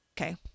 Okay